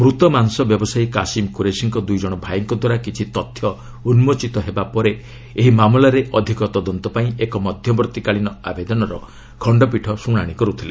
ମୂତ ମାଂସ ବ୍ୟବସାୟୀ କାଶିମ୍ କୁରେସିଙ୍କ ଦୁଇ ଜଣ ଭାଇଙ୍କ ଦ୍ୱାରା କିଛି ତଥ୍ୟ ଉନ୍ଗୋଚିତ ହେବା ପରେ ଏହି ମାମଲାରେ ଅଧିକ ତଦନ୍ତ ପାଇଁ ଏକ ମଧ୍ୟବର୍ତ୍ତିକାଳୀନ ଆବେଦନର ଖଣ୍ଡପୀଠ ଶୁଣାଣି କରୁଥିଲେ